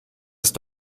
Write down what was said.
ist